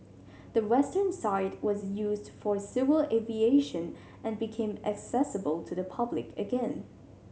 the western side was used for civil aviation and became accessible to the public again